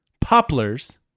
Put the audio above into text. poplars